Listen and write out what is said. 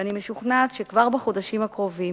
ואני משוכנעת שכבר בחודשים הקרובים